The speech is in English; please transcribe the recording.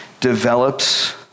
develops